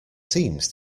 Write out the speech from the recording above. seems